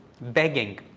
begging